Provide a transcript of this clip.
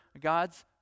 God's